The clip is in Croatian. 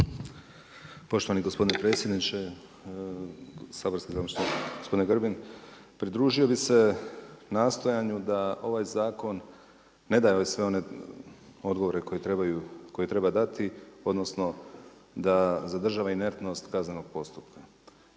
Poštovani gospodine predsjedniče. Saborski zastupniče, gospodin Grbin, pridružio bi se nastojanju da ovaj zakon ne daje sve one odgovore koje treba dati, odnosno, zadržava inertnost kaznenog postupka